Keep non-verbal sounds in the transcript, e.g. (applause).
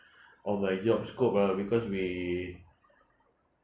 (breath) of my job scope ah because we